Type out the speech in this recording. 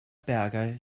berger